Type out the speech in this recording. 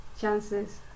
chances